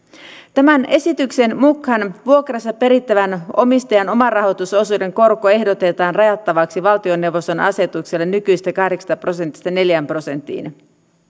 tämän esityksen mukaan vuokrasta perittävän omistajan omarahoitusosuuden korko ehdotetaan rajattavaksi valtioneuvoston asetuksella nykyisestä kahdeksasta prosentista neljään prosenttiin